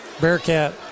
Bearcat